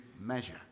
measure